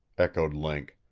echoed link.